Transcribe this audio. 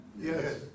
Yes